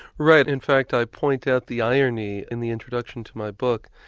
right, in fact i point out the irony in the introduction to my book,